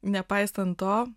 nepaisant to